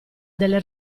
delle